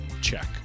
check